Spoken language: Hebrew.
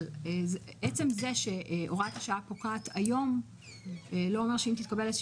אבל עצם זה שהוראת השעה פוקעת היום לא אומר שאם תתקבל איזו